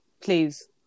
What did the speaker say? please